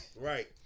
Right